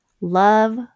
love